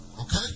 Okay